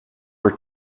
were